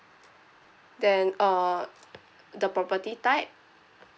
then uh the property type